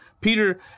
Peter